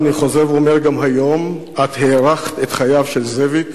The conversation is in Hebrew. ואני חוזר ואומר גם היום: את הארכת את חייו של זאביק,